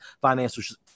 financial